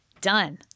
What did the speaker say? Done